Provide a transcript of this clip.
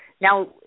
Now